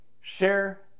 share